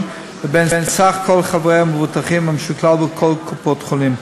לבין סך כל החברים המבוטחים המשוקלל בכל קופות-החולים.